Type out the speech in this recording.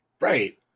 Right